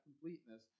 completeness